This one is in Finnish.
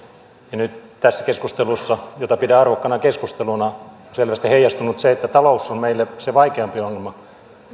nyt tässä keskustelussa jota pidän arvokkaana keskusteluna on selvästi heijastunut se että talous on meille se vaikeampi ongelma